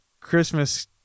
Christmas